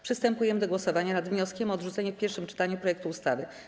Przystępujemy do głosowania nad wnioskiem o odrzucenie w pierwszym czytaniu projektu ustawy.